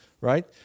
right